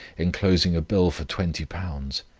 enclosing a bill for twenty pounds.